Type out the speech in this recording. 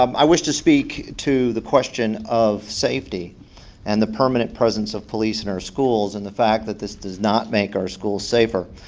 um i wish to speak to the question of safety and the permanent presence of police in our schools and the fact that this does not make our schools safer.